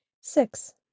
Six